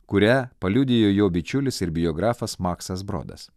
kurią paliudijo jo bičiulis ir biografas maksas brodas